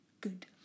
good